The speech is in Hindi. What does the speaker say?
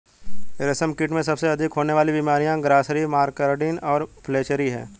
रेशमकीट में सबसे अधिक होने वाली बीमारियां ग्रासरी, मस्कार्डिन और फ्लैचेरी हैं